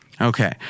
Okay